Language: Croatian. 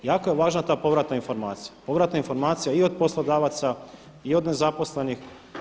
Jako je važna ta povratna informacija, povratna informacija i od poslodavaca i od nezaposlenih.